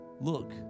look